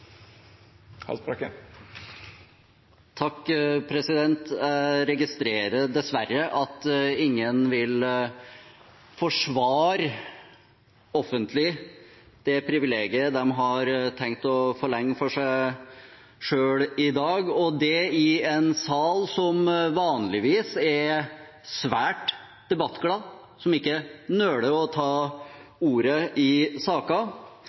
Haltbrekken har hatt ordet to gonger tidlegare og får ordet til ein kort merknad, avgrensa til 1 minutt. Jeg registrerer dessverre at ingen vil forsvare offentlig det privilegiet de har tenkt å forlenge for seg selv i dag – og det i en sal der man vanligvis er svært debattglad